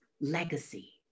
legacy